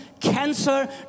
cancer